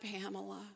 Pamela